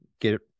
get